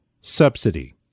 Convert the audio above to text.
subsidy